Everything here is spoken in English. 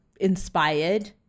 inspired